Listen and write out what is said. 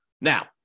Now